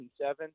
seven